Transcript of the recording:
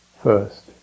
first